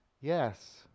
Yes